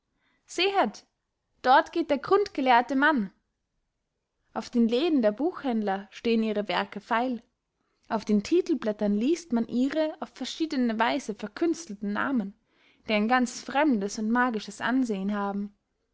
sehet dort geht der grundgelehrte mann auf den läden der buchhändler stehen ihre werke feil auf den titelblättern liest man ihre auf verschiedene weise verkünstelten namen die ein ganz fremdes und magisches ansehen haben